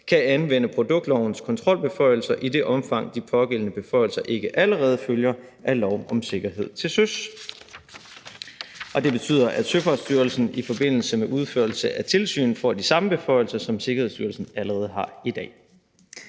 kan anvende produktlovens kontrolbeføjelser i det omfang, de pågældende beføjelser ikke allerede følger af lov om sikkerhed til søs. Det betyder, at Søfartsstyrelsen i forbindelse med udførelse af tilsyn får de samme beføjelser, som Sikkerhedsstyrelsen allerede har i dag.